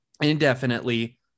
indefinitely